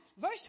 verse